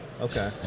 Okay